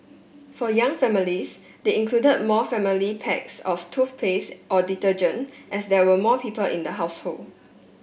for young families they included more family packs of toothpaste or detergent as there were more people in the household